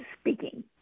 speaking